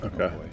Okay